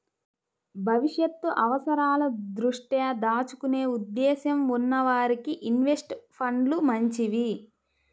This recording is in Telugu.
భవిష్యత్తు అవసరాల దృష్ట్యా దాచుకునే ఉద్దేశ్యం ఉన్న వారికి ఇన్వెస్ట్ ఫండ్లు మంచివి